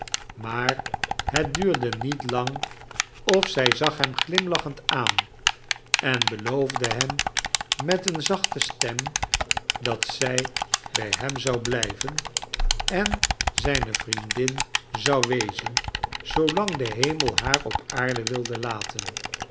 maar het duurde niet lang of zij zag hem glimlachend aan en beloofde hem met eene zachte stem dat zij bij hem zou blijven en zijne vriendin zou wezen zoolang de hemel haar op aarde wilde laten